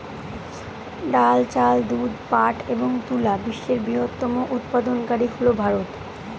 ডাল, চাল, দুধ, পাট এবং তুলা বিশ্বের বৃহত্তম উৎপাদনকারী হল ভারত